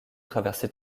traverser